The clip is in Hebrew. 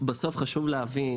בסוף חשוב להבין